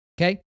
Okay